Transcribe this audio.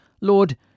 Lord